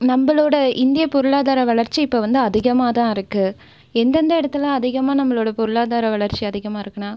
நம்மளோட இந்திய பொருளாதார வளர்ச்சி இப்போ வந்து அதிகமாகதான் இருக்குது எந்தெந்த இடத்துல அதிகமாக நம்மளோட பொருளாதார வளர்ச்சி அதிகமாக இருக்குனால்